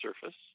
surface